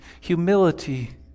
humility